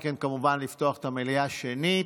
לאחר מכן, כמובן, נפתח את המליאה שנית.